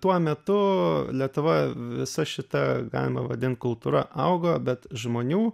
tuo metu lietuva visa šita galima vadint kultūra augo bet žmonių